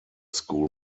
school